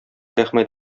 рәхмәт